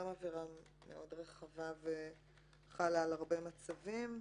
עבירה מאוד רחבה וחלה על הרבה מצבים.